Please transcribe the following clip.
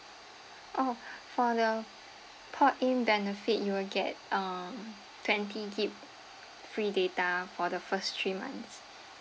oh for the port in benefit you will get uh twenty gigabytes free data for the first three months